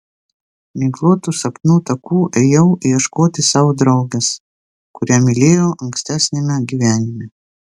miglotu sapnų taku ėjau ieškoti savo draugės kurią mylėjau ankstesniame gyvenime